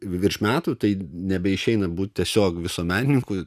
virš metų tai nebeišeina būt tiesiog visuomenininku